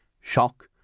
Shock